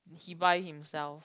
he buy himself